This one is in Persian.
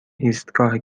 ایستگاه